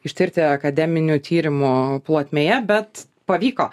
ištirti akademinių tyrimo plotmėje bet pavyko